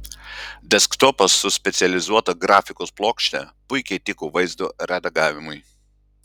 desktopas su specializuota grafikos plokšte puikiai tiko vaizdo redagavimui